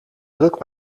druk